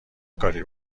کاری